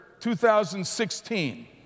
2016